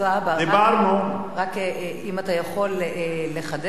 רק אם אתה יכול לחדד פה,